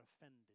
offended